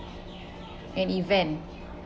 an event